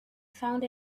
found